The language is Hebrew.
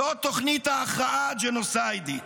זו תוכנית ההכרעה הג'נוסיידית.